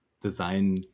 design